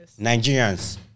Nigerians